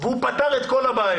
והוא פתר את כל הבעיות,